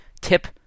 tip